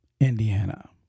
Indiana